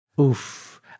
Oof